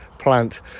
Plant